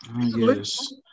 Yes